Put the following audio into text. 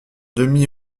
demi